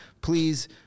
please